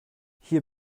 hier